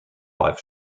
live